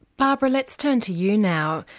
barbara let's turn to you now.